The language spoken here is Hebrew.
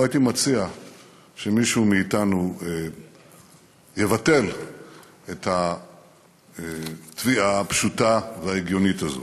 לא הייתי מציע שמישהו מאתנו יבטל את התביעה הפשוטה וההגיונית הזאת.